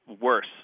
worse